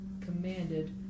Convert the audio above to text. commanded